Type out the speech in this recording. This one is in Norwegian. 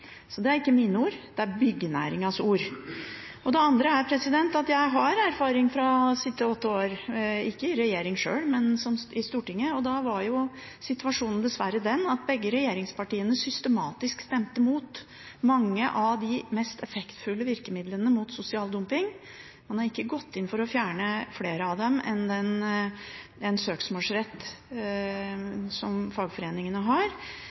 Så det er ikke mine ord, det er byggenæringas ord. Det andre er at jeg har erfaring fra å sitte åtte år, ikke i regjering sjøl, men i Stortinget, og da var situasjonen dessverre den at begge regjeringspartiene systematisk stemte mot mange av de mest effektfulle virkemidlene mot sosial dumping. Man har ikke gått inn for å fjerne flere av dem enn en søksmålsrett som fagforeningene har.